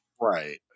Right